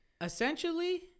Essentially